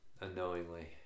unknowingly